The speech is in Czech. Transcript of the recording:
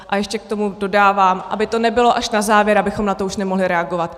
A ještě k tomu dodávám, aby to nebylo až na závěr, abychom na to už nemohli reagovat.